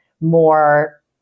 more